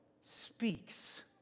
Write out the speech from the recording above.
speaks